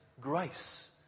grace